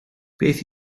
beth